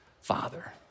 father